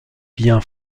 bien